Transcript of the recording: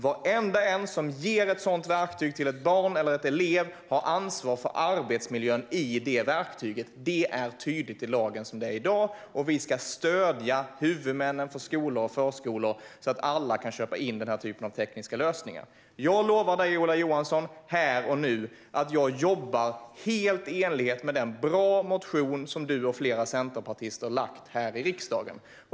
Varenda en som ger ett sådant verktyg till ett barn eller en elev har ansvar för arbetsmiljön i detta verktyg. Det är tydligt i lagen i dag. Vi ska stödja huvudmännen för skolor och förskolor så att alla kan köpa in denna typ av tekniska lösningar. Jag lovar dig här och nu, Ola Johansson, att jag jobbar helt i enlighet med den goda motion som du med flera centerpartister väckt i riksdagen.